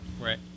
Right